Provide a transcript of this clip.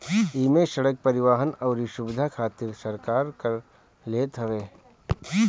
इमे सड़क, परिवहन अउरी सुविधा खातिर सरकार कर लेत हवे